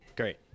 Great